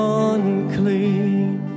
unclean